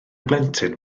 blentyn